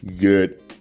Good